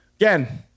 again